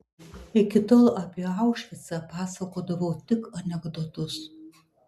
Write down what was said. iki tol apie aušvicą pasakodavau tik anekdotus